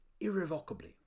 irrevocably